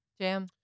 Jam